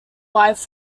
wife